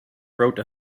wrote